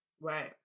Right